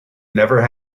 never